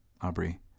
Aubrey